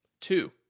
Two